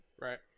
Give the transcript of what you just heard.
Right